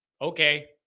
okay